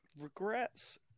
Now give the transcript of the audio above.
Regrets